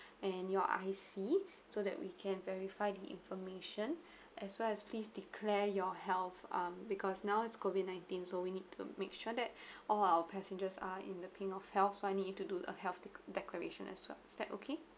and your I_C so that we can verify the information as well as please declare your health um because now it's COVID nineteen so we need to make sure that all our passengers are in the pink of health so I need you to do a health declaration as well is that okay